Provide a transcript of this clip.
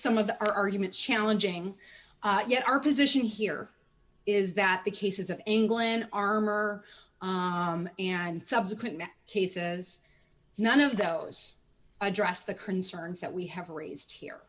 some of the arguments challenging yet our position here is that the cases of england armor and subsequent cases none of those address the concerns that we have raised here